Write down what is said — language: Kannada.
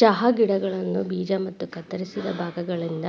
ಚಹಾ ಗಿಡಗಳನ್ನ ಬೇಜ ಮತ್ತ ಕತ್ತರಿಸಿದ ಭಾಗಗಳಿಂದ